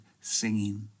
singing